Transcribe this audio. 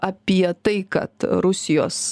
apie tai kad rusijos